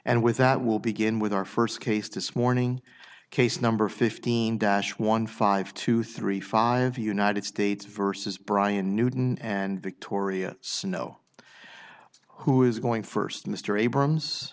and with that will begin with our first case this morning case number fifteen dash one five two three five united states versus brian newton and victoria snow who is going first mr abrams